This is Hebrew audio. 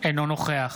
אינו נוכח